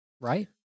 Right